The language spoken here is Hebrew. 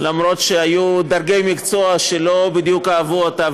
מגיע מישהו